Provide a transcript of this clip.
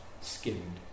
skinned